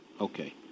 Okay